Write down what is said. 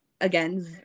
again